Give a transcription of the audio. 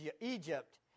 Egypt